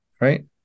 right